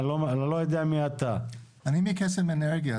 תאמינו לי שאני לא מכירה את כל החוקים,